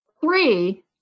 Three